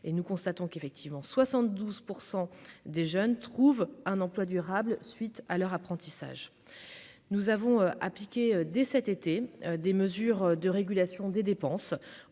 et nous constatons qu'effectivement 72 % des jeunes trouvent un emploi durable, suite à leur apprentissage, nous avons appliqué dès cet été, des mesures de régulation des dépenses